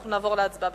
הצבעה.